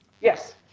Yes